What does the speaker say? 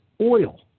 oil